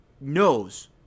knows